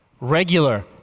regular